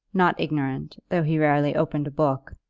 not ignorant, though he rarely opened a book,